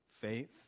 faith